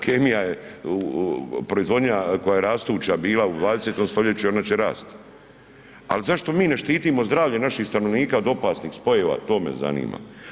Kemija je proizvodnja koja rastuća bila u 20. stoljeću i ona će rasti, ali zašto mi ne štitimo zdravlje naših stanovnika od opasnih spojeva to me zanima.